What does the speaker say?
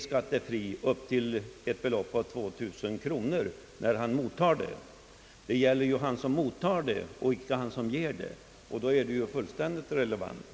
Skattefriheten för dessa 2000 kronor gäller ju mottagaren av pengarna, inte den som ger pengarna. Under sådana förhållanden är exemplet relevant.